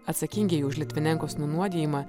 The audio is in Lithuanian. atsakingieji už litvinenkos nunuodijimą